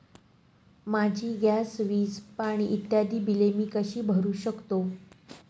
माझी गॅस, वीज, पाणी इत्यादि बिले मी कशी भरु शकतो?